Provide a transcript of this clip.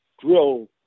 drill